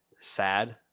sad